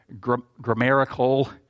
grammatical